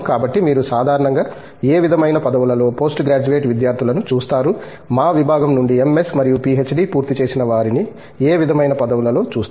కాబట్టి మీరు సాధారణంగా ఏ విధమైన పదవులలో పోస్ట్ గ్రాడ్యుయేట్ విద్యార్థులను చూస్తారు మా విభాగం నుండి ఎంఎస్ మరియు పిహెచ్డి పూర్తి చేసిన వారిని ఏ విధమైన పదవులలో చూస్తారు